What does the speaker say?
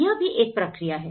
यह भी एक प्रक्रिया है